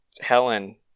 Helen